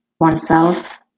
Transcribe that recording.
oneself